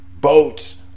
boats